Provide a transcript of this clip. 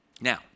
Now